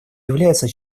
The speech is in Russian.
являются